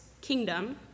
kingdom